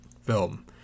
film